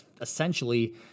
essentially